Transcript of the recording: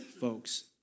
folks